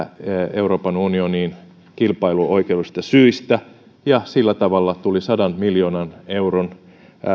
euroopan unionin kilpailuoikeudellisista syistä ja sillä tavalla tuli sadan miljoonan euron